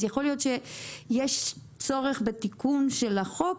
יכול להיות שיש צורך בתיקון של החוק,